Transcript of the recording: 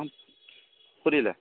ஆ புரியல